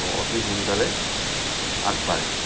অতি সোনকালে আগবাঢ়ে